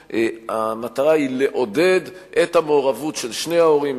שהמטרה היא לעודד את המעורבות של שני ההורים,